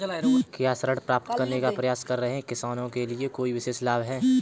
क्या ऋण प्राप्त करने का प्रयास कर रहे किसानों के लिए कोई विशेष लाभ हैं?